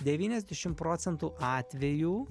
devyniasdešim procentų atvejų